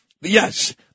yes